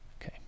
Okay